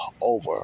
over